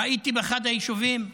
ראיתי באחד היישובים טיל,